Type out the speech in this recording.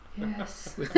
Yes